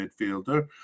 midfielder